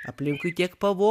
aplinkui tiek pavojų